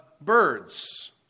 birds